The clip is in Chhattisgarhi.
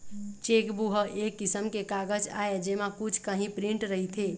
चेकबूक ह एक किसम के कागज आय जेमा कुछ काही प्रिंट रहिथे